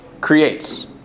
creates